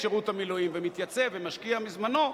שירות המילואים ומתייצב ומשקיע מזמנו,